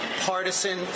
partisan